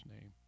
name